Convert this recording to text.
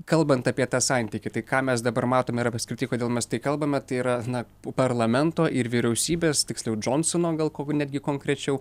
kalbant apie tą santykį tai ką mes dabar matom ir apskritai kodėl mes tai kalbame tai yra na parlamento ir vyriausybės tiksliau džonsono gal kokio netgi konkrečiau